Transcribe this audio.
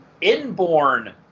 inborn